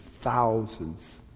thousands